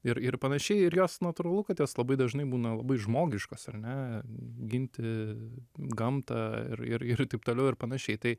ir ir panašiai ir jos natūralu kad jos labai dažnai būna labai žmogiškos ar ne ginti gamtą ir ir ir taip toliau ir panašiai tai